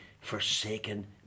forsaken